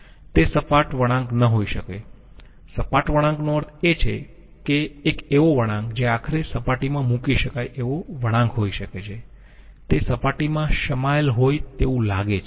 તે સપાટ વળાંક ન હોઈ શકે સપાટ વળાંકનો અર્થ એ છે કે એક એવો વળાંક જે આખરે સપાટીમાં મૂકી શકાય તેવો વળાંક હોઈ શકે છે તે સપાટીમાં સમાયેલ હોય તેવું લાગે છે